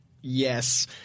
Yes